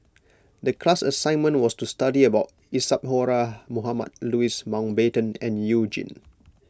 the class assignment was to study about Isadhora Mohamed Louis Mountbatten and You Jin